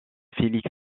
félix